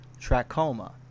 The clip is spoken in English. trachoma